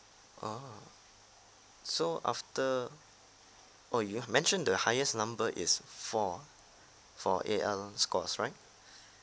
orh so after oh you have mentioned the highest number is four for A_L scores right